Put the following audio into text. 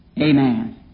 Amen